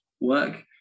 work